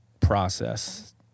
process